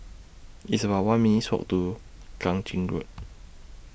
It's about one minutes' Walk to Kang Ching Road